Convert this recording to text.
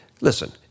listen